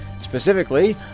Specifically